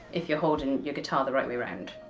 if you're holding your guitar the right way around.